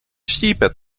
štípe